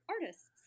artists